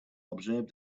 observe